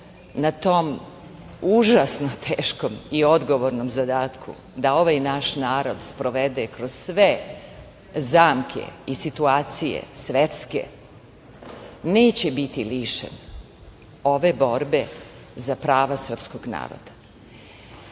na tom užasno teškom i odgovornom zadatku, da ovaj naš narod sprovede kroz sve zamke i situacije svetske neće biti lišen ove borbe za prava srpskog naroda. Druga